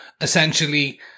essentially